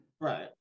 right